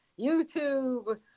YouTube